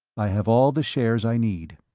i have all the shares i need.